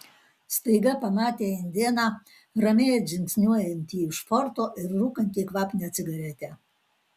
staiga pamatė indėną ramiai atžingsniuojantį iš forto ir rūkantį kvapnią cigaretę